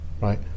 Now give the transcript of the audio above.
right